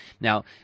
Now